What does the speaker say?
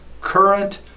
current